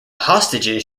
hostages